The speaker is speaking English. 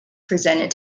presented